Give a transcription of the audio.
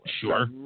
Sure